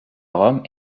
rome